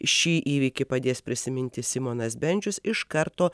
šį įvykį padės prisiminti simonas bendžius iš karto